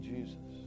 Jesus